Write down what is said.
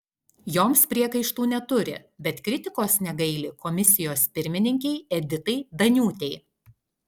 joms priekaištų neturi bet kritikos negaili komisijos pirmininkei editai daniūtei